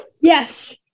yes